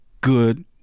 good